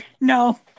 No